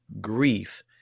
grief